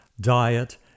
diet